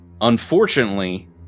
Unfortunately